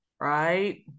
Right